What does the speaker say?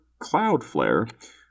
Cloudflare